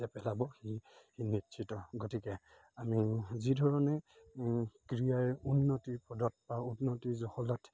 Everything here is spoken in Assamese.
যে পেলাব সি নিশ্চিত গতিকে আমি যিধৰণে ক্ৰীড়াই উন্নতিৰ পদত বা উন্নতিৰ জখলাত